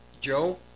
Joe